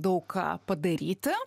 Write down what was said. daug ką padaryti